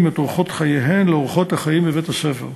את אורחות חייהן לאורחות החיים בבית-הספר.